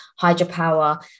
hydropower